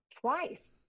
twice